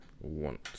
want